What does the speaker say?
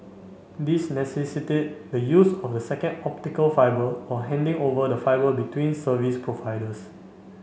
these necessitated the use of a second optical fibre or handing over the fibre between service providers